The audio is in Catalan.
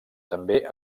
també